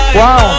wow